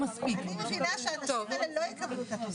אני מבינה שהאנשים האלה לא יקבלו את התוספת.